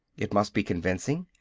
it must be convincing.